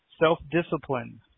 self-discipline